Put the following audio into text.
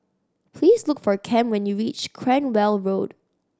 please look for Cam when you reach Cranwell Road